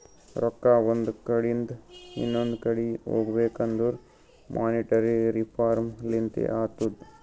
ರೊಕ್ಕಾ ಒಂದ್ ಕಡಿಂದ್ ಇನೊಂದು ಕಡಿ ಹೋಗ್ಬೇಕಂದುರ್ ಮೋನಿಟರಿ ರಿಫಾರ್ಮ್ ಲಿಂತೆ ಅತ್ತುದ್